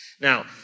Now